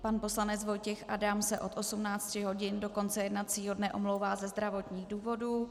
Pan poslanec Vojtěch Adam se od 18 hodin do konce jednacího dne omlouvá ze zdravotních důvodů.